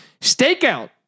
stakeout